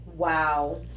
Wow